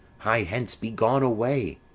hie hence, be gone, away!